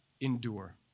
endure